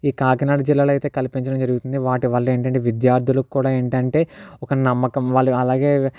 ఈ కాకినాడ జిల్లాలో అయితే కల్పించడం జరుగుతుంది వాటివల్ల ఏంటంటే విద్యార్ధులు కూడా ఏంటంటే ఒక నమ్మకం వాళ్ళు అలాగే